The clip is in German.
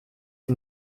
sie